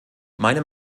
meiner